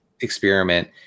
experiment